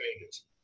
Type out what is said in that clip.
changes